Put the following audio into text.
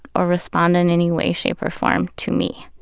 or respond in any way shape or form to me.